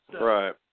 Right